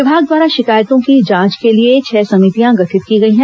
विभाग द्वारा शिकायतों की जांच के लिए छह समितियां गठित की गई हैं